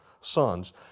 sons